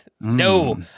No